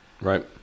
Right